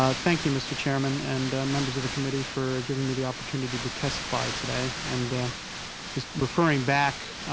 ah thank you, mr. chairman, and members of the committee for giving me the opportunity to testify today. and just referring back,